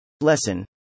Lesson